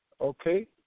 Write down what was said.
Okay